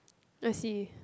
I see